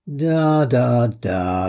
da-da-da